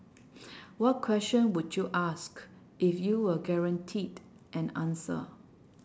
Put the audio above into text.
what question would you ask if you were guaranteed an answer